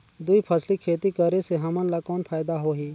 दुई फसली खेती करे से हमन ला कौन फायदा होही?